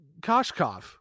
Koshkov